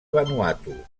vanuatu